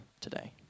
today